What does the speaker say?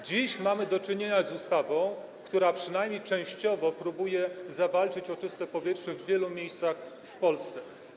Dziś mamy do czynienia z ustawą, która przynajmniej częściowo próbuje zawalczyć o czyste powietrze w wielu miejscach w Polsce.